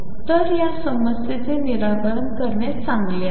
तर या समस्याचे निराकरण करणे सांगले आहे